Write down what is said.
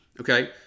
Okay